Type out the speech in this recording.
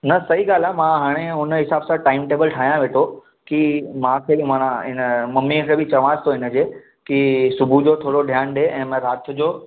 न सही ॻाल्हि आहे मां हाणे हुन हिसाब सां टाइम टेबल ठाहियां वेठो की मां पहिरीं माना हिन मम्मीअ खे बि चवांसि थो हिन जे की सुबुह जो थोरो ध्यानु ॾे ऐं मां राति जो